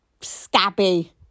scabby